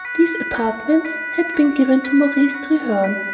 these apartments had been given to maurice treherne,